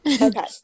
Okay